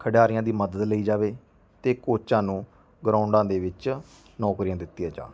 ਖਿਡਾਰੀਆਂ ਦੀ ਮਦਦ ਲਈ ਜਾਵੇ ਅਤੇ ਕੋਚਾਂ ਨੂੰ ਗਰਾਊਂਡਾਂ ਦੇ ਵਿੱਚ ਨੌਕਰੀਆਂ ਦਿੱਤੀਆਂ ਜਾਣ